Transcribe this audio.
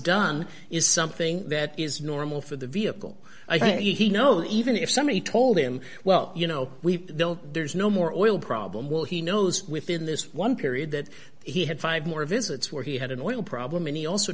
done is something that is normal for the vehicle i think he'd know even if somebody told him well you know we don't there's no more oil problem will he knows within this one period that he had five more visits where he had an oil problem and he also